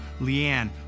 Leanne